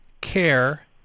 care